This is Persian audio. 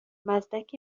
مزدک